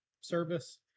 service